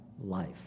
life